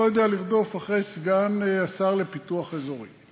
לא יודע לרדוף אחרי סגן השר לפיתוח אזורי.